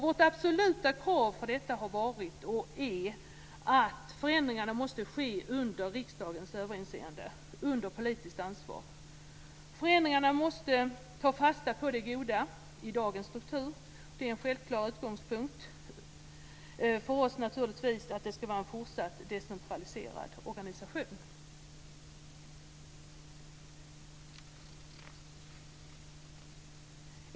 Vårt absoluta krav för detta har varit och är att förändringarna måste ske under riksdagens överinseende och under politiskt ansvar. Förändringarna måste ta fasta på det goda i dagens struktur. Det är en självklar utgångspunkt för oss att det ska vara en fortsatt decentraliserad organisation.